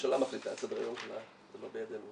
זה הממשלה מחליטה על הסדר יום שלה, זה לא בידינו.